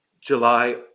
July